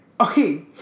okay